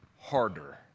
harder